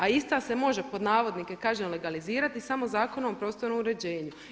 A ista se „može“ kažem legalizirati samo Zakonom o prostornom uređenju.